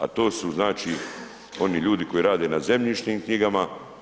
A to su znači oni ljudi koji rade na zemljišnim knjigama.